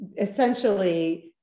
essentially